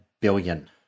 billion